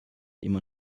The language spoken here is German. immer